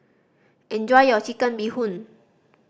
enjoy your Chicken Bee Hoon